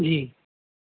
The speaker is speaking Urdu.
جی